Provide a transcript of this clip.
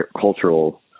cultural